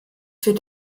für